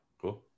cool